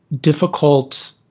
difficult